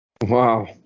Wow